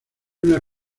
una